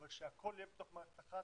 אבל שהכול יהיה בתוך מערכת אחת,